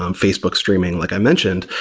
um facebook streaming, like i mentioned,